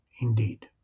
indeed